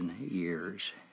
years